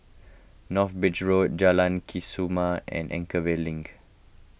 North Bridge Road Jalan Kesoma and Anchorvale Link